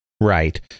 Right